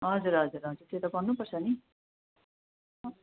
हजुर हजुर हजुर त्यो त गर्नुपर्छ नि